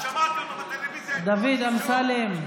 כי אני שמעתי אותו בטלוויזיה אתמול או שלשום.